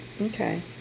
Okay